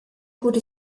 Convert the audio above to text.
gute